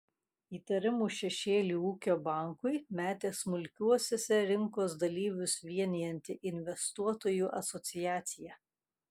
įtarimų šešėlį ūkio bankui metė smulkiuosiuose rinkos dalyvius vienijanti investuotojų asociacija